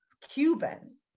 Cuban